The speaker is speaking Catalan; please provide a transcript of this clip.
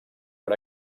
per